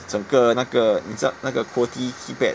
整个那个你知道那个 QWERTY keypad